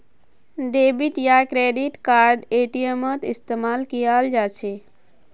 debit या credit card एटीएमत इस्तेमाल कियाल जा छ